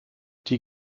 die